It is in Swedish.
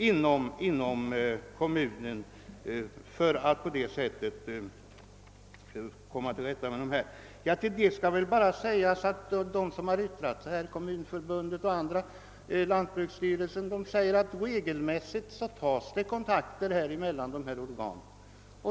De som har yttrat sig över motionerna — Svenska kommunförbundet, lantbruksstyrelsen m.fl. — säger att kontakter regelmässigt tas mellan dessa organ.